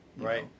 Right